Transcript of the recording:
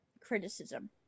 criticism